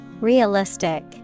Realistic